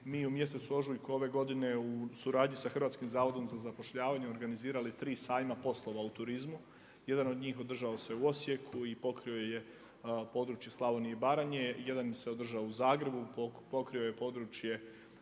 mi u mjesecu ožujku ove godine u suradnji sa HZZ-om organizirali tri sajma poslova u turizmu. Jedan od njih održao se u Osijeku i pokrio je područje Slavonije i Baranje, jedan se održao u Zagrebu, pokrio je područje